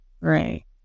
right